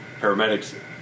paramedics